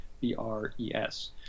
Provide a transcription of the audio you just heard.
B-R-E-S